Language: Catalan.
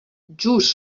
just